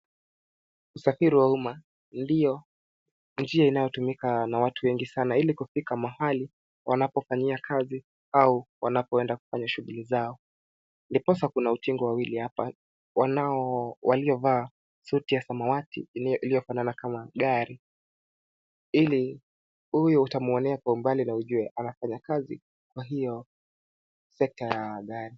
Usafiri iliyo njia inayotumika na watu wengi sana ili kufika mahali wanapofanyia kazi au wanapoenda kufanya shughuli zao. Ndiposa kuna utingo wawili apa, waliovaa suti ya samawati iliyofanana kama gari. Ili huyu utamuonea kwa umbali na ujue anafanya kazi kwa hiyo sekta ya gari.